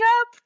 up